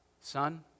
Son